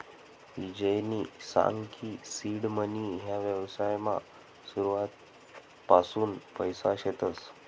ईजयनी सांग की सीड मनी ह्या व्यवसायमा सुरुवातपासून पैसा शेतस